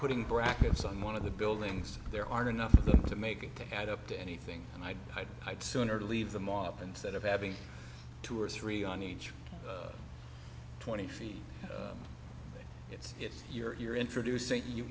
putting brackets on one of the buildings there aren't enough to make it to add up to anything i'd i'd i'd sooner leave the mop instead of having two or three on each twenty feet it's it's your you're introducing you